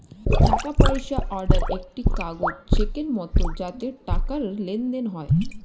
টাকা পয়সা অর্ডার একটি কাগজ চেকের মত যাতে টাকার লেনদেন হয়